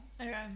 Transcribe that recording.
Okay